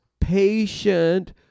patient